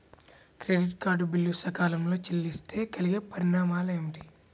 Credit card bill సకాలంలో చెల్లిస్తే కలిగే పరిణామాలేమిటి?